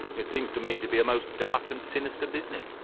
it seems to me to be a most dark and sinister business.